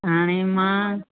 हाणे मां